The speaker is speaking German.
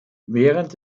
während